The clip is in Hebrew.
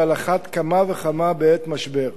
ועל אחת וכמה בעת משבר.